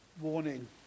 warning